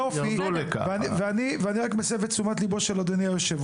אני רק מסב את תשומת ליבו של אדוני היושב